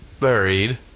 buried